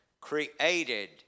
created